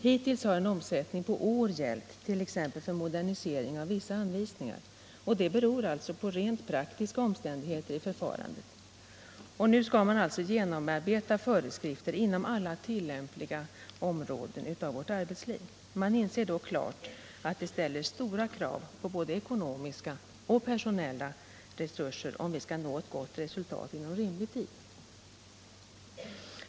Hittills har t.ex. modernisering av vissa anvisningar tagit flera år. Detta beror på rent praktiska omständigheter i förfarandet, och nu skall man alltså genomarbeta föreskrifter inom alla tillämpliga områden av vårt arbetsliv. Vi inser då klart att det ställer stora krav på både ekonomiska och personella resurser, om vi skall nå ett gott resultat inom rimlig tid.